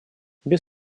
без